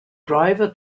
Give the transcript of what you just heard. driver